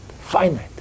finite